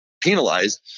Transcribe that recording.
penalized